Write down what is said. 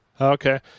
Okay